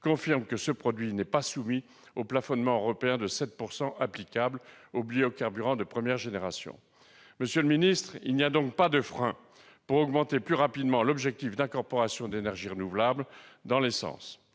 confirme que ce produit n'est pas soumis au plafonnement européen de 7 % applicable aux biocarburants de première génération. Monsieur le ministre d'État, il n'y a donc pas de frein à augmenter plus rapidement l'objectif d'incorporation d'énergies renouvelables dans l'essence.